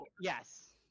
yes